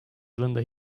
yılında